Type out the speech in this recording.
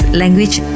language